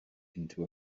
into